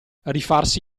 rifarsi